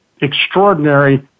extraordinary